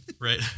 Right